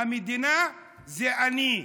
המדינה זה אני,